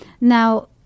Now